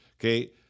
Okay